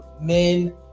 men